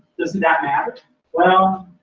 doesn't that matter well.